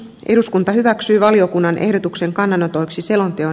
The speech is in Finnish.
eduskunta hyväksyy valiokunnan ehdotuksen kannanotoiksi selonteon